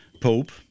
pope